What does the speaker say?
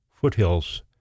Foothills